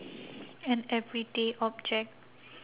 an everyday object